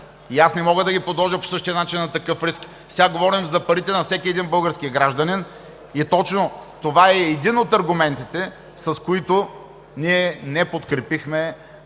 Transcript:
аз не мога да ги подложа по същия начин на такъв риск. Сега говорим за парите на всеки един български гражданин. Точно това е един от аргументите, с които ние не подкрепихме